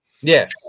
yes